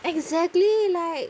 exactly like